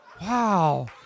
wow